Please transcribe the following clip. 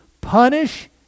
punish